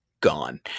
gone